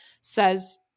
says